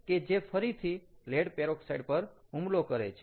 કે જે ફરીથી લેડ પેરોક્સાઈડ પર હુમલો કરે છે